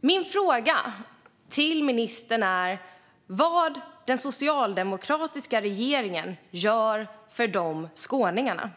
Min fråga till ministern är: Vad gör den socialdemokratiska regeringen för skåningarna?